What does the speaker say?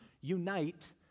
unite